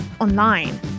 online